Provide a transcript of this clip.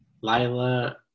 Lila